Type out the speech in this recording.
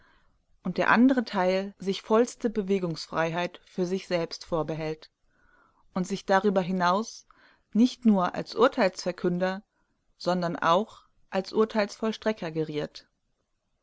und der andere teil sich vollste bewegungsfreiheit für sich selbst vorbehält und sich darüber hinaus nicht nur als urteilsverkünder sondern auch als urteilsvollstrecker geriert